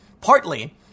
partly